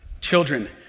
Children